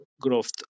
growth